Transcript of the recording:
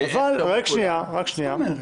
אבל -- מה זאת אומרת?